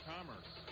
Commerce